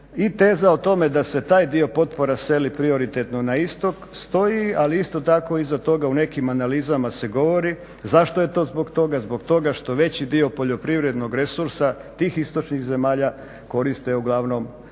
teza o tome da se taj dio potpore seli prioritetno na istok stoji, ali isto tako iza toga u nekim analizama se govori zašto je to zbog toga, zbog toga što veći dio poljoprivrednog resursa tih istočnih zemalja koriste uglavnom korporacije